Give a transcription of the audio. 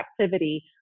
activity